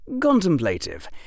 contemplative